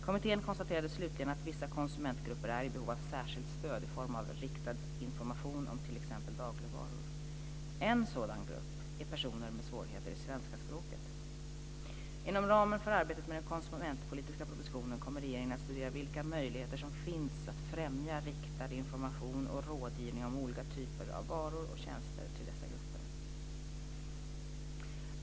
Kommittén konstaterade slutligen att vissa konsumentgrupper är i behov av särskilt stöd i form av riktad information om t.ex. dagligvaror. En sådan grupp är personer med svårigheter i svenska språket. Inom ramen för arbetet med den konsumentpolitiska propositionen kommer regeringen att studera vilka möjligheter som finns att främja riktad information och rådgivning om olika typer av varor och tjänster till dessa grupper.